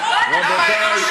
רבותי,